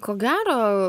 ko gero